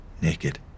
naked